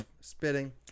spitting